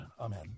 amen